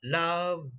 love